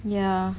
ya